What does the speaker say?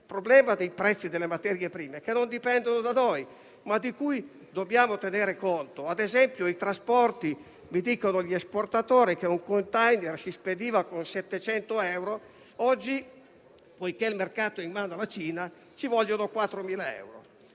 problema è che i prezzi delle materie prime non dipendono da noi, ma ne dobbiamo tenere conto. Gli esportatori mi dicono ad esempio che un *container* si spediva con 700 euro; oggi, poiché il mercato è in mano alla Cina, ci vogliono 4.000 euro.